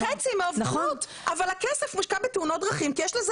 אבל הכסף מושקע בתאונות דרכים כי יש לזה